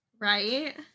right